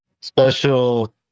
special